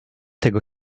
tego